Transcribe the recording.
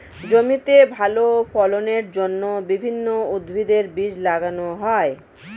জমিতে ভালো ফলনের জন্য বিভিন্ন উদ্ভিদের বীজ লাগানো হয়